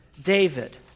David